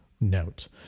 note